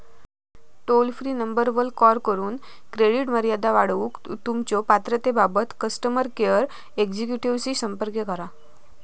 toll free नंबरवर call करून credit मर्यादा वाढवूक तुमच्यो पात्रतेबाबत कस्टमर केअर एक्झिक्युटिव्हशी संपर्क करा